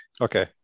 Okay